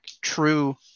true